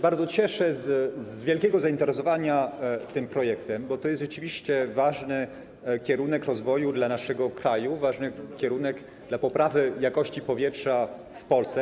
Bardzo się cieszę z wielkiego zainteresowania tym projektem, bo to jest rzeczywiście ważny kierunek rozwoju naszego kraju, ważny kierunek, jeśli chodzi o poprawę jakości powietrza w Polsce.